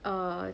err